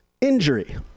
Injury